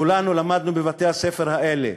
כולנו למדנו בבתי-הספר האלה.